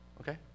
okay